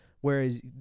whereas